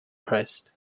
christ